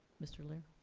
mr. leer.